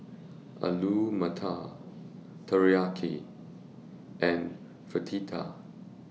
Alu Matar Teriyaki and